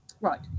right